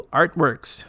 artworks